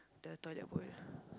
the toilet bowl